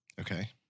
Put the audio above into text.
Okay